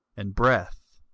and breath,